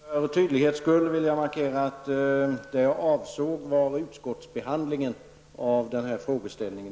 Herr talman! För tydlighetens skulle vill jag markera att jag avsåg utskottsbehandlingen i våras av den här frågan.